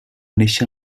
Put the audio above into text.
néixer